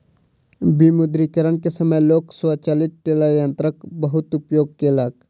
विमुद्रीकरण के समय लोक स्वचालित टेलर यंत्रक बहुत उपयोग केलक